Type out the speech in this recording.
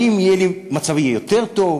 האם מצבי יהיה יותר טוב